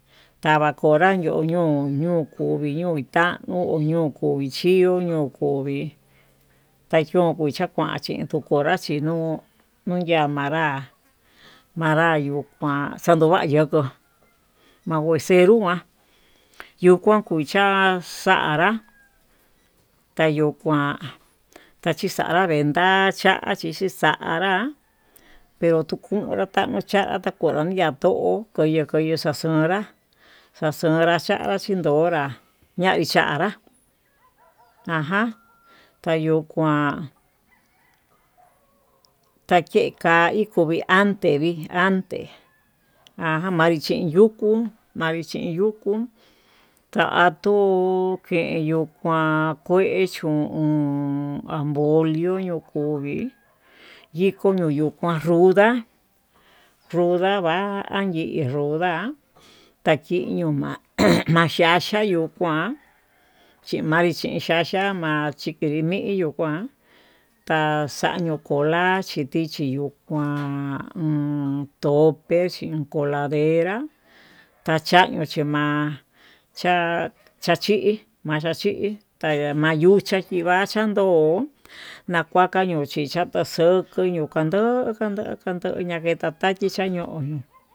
Tavakonra ndoño'o ñoo kuvii ñoitanu kovii ñoo, kovichiyo yuu kovii tayio kucha kuan konra chindó nuu yamanrá manra yuu kuan xandova'a yoko'o, makuexenru njuán yuu kuan kucha'a xanrá'a tayuu kuan taxuxanra kuentá chí xixanrá pero tukundu chaucha tuu konron ndiá ato'o koyo koyo xa'a xonrá, naxonra cha'a chinndonrá ñavii chanrá ajan tayuu kuán ateke ka'a kuvii ante vii ante manri ché yukuu, manri chen yukuu xa'a tuu ku keyuu kuan ken chún anbolio yuu kuvii yiko no'o koó ruda, ruda va'a anyii ruda takiyuma'a vaxhaxha yuu kuán chi manri xhin xhaxhi'a ma'a chikinri miyuu kuán ta'a xañio konrá chin tichi yuu, kuan tope xhin coladerá tachayio chima'a tachi'í machachi mamayucha chí va'a chando nakuka yuu chinchatá xoko yo'o kandoka ndo kayoka kenda tachí tichaño'o.